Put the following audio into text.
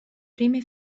prime